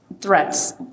threats